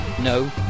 No